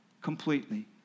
completely